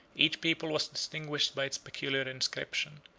each people was distinguished by its peculiar inscription,